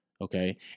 Okay